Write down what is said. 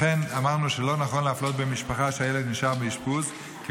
לכן אמרנו שלא נכון להפלות בין משפחה שהילד נשאר באשפוז כי